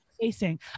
facing